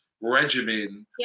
regimen